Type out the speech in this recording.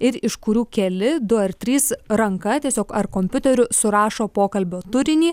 ir iš kurių keli du ar trys ranka tiesiog ar kompiuteriu surašo pokalbio turinį